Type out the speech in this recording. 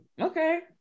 Okay